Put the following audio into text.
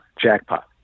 jackpot